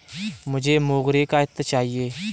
मुझे मोगरे का इत्र चाहिए